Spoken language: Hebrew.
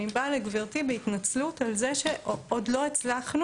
אני באה לגברתי בהתנצלות על זה שעוד לא הצלחנו,